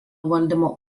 valdymo